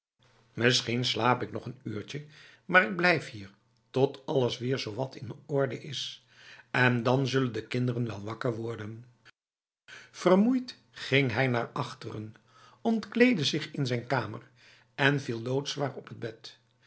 misschien slaap ik ook nog n uurtje maar ik blijf hier tot alles weer zowat in orde is en dan zullen de kinderen wel wakker worden vermoeid ging hij naar achteren ontkleedde zich in zijn kamer en viel loodzwaar op t bed